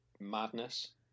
madness